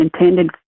intended